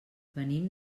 venim